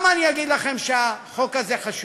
אני אגיד לכם למה החוק הזה חשוב.